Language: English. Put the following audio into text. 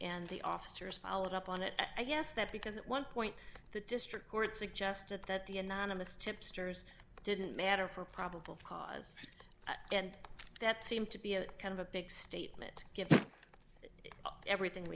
and the officers followed up on it i guess that because at one point the district court suggested that the anonymous tips jurors didn't matter for probable cause and that seemed to be a kind of a big statement give it everything